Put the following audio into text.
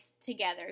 together